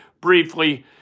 briefly